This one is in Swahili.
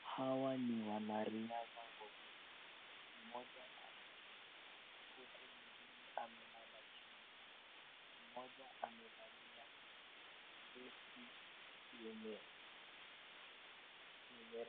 Hawa ni wanariadha wawili, mmoja amechuchumaa huku mwengine amelala chini. Mmoja amevalia vesti yenye